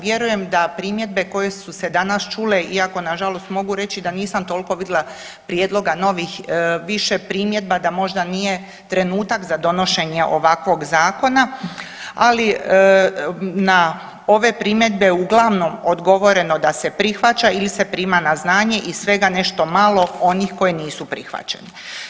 Vjerujem da primjedbe koje su se danas čule, iako nažalost mogu reći da nisam toliko vidla prijedloga novih, više primjedba da možda nije trenutak za donošenje ovakvog zakona, ali na ove primjedbe uglavnom je odgovoreno da se prihvaća ili se prima na znanje i svega nešto malo onih koji nisu prihvaćeni.